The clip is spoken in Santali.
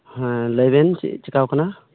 ᱦᱮᱸ ᱞᱟᱹᱭ ᱵᱮᱱ ᱪᱮᱫ ᱪᱤᱠᱟᱹᱣ ᱠᱟᱱᱟ